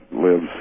lives